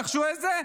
נחשו איזה,